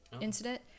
incident